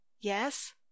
yes